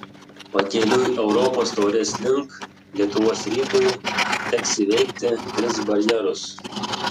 pakeliui europos taurės link lietuvos rytui teks įveikti tris barjerus